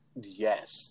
Yes